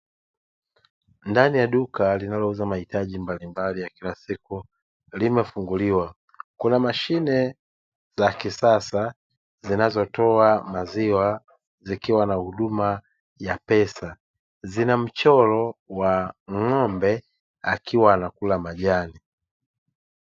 Ndani ya duka linalouza mahitaji mbalimbali ya kila siku limefunguliwa kuna mashine za kisasa zinazotoa maziwa zikiwa na huduma ya pesa, zina mchoro wa ng'ombe akiwa anakula majani.